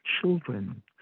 children